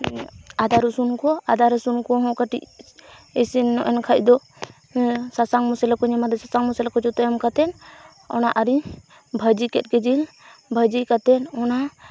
ᱟᱫᱟ ᱨᱚᱥᱩᱱ ᱠᱚ ᱟᱫᱟ ᱨᱚᱥᱩᱱ ᱠᱚᱦᱚᱸ ᱠᱟᱹᱴᱤᱡ ᱤᱥᱤᱱ ᱧᱚᱜᱼᱮᱱ ᱠᱷᱟᱱ ᱫᱚ ᱥᱟᱥᱟᱝ ᱢᱚᱥᱞᱟ ᱠᱚᱧ ᱮᱢ ᱟᱫᱟ ᱥᱟᱥᱟᱝ ᱢᱚᱥᱞᱟ ᱠᱚ ᱡᱚᱛᱚ ᱮᱢ ᱠᱟᱛᱮᱫ ᱚᱱᱟ ᱟᱨᱤᱧ ᱵᱷᱟᱹᱡᱤ ᱠᱮᱫ ᱜᱮ ᱡᱤᱞ ᱡᱤᱞ ᱵᱷᱟᱹᱡᱤ ᱠᱟᱛᱮᱫ ᱚᱱᱟ